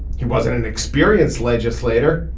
he wasn't an experienced legislator.